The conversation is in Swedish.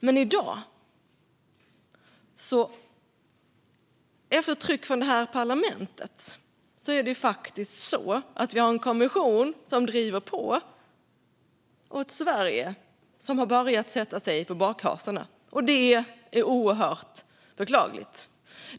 Men i dag, efter tryck från det här parlamentet, har vi en kommission som driver på och ett Sverige som har börjat sätta sig på bakhasorna. Det är oerhört beklagligt.